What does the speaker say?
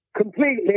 completely